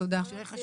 תודה על ההבהרה.